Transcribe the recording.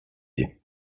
you